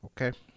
Okay